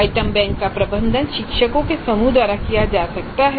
item bank का प्रबंधन शिक्षकों के समूह द्वारा किया जा सकता है